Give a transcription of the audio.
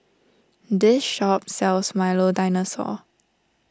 this shop sells Milo Dinosaur